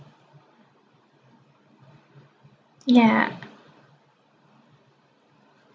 ya